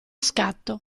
scatto